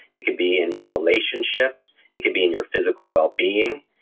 it could be in your relationships, it could be in your physical well-being.